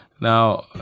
Now